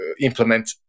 implement